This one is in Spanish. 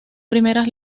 primeras